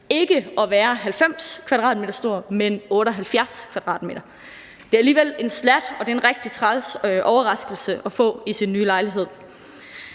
ikke at være 90 m² stor, men 78 m². Det er alligevel en slat, og det er en rigtig træls overraskelse at få i sin nye lejlighed.